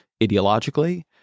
ideologically